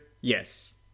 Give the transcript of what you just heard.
Yes